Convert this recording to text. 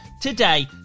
today